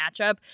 matchup